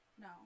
No